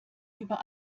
über